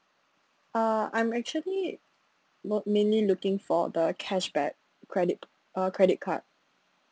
uh I'm actually lo~ mainly looking for the cashback credit uh credit card